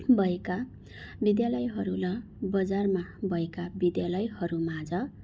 भएका विद्यालयहरू र बजारमा भएका विद्यालयहरू माझ